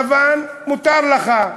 לבן, מותר לך.